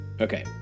Okay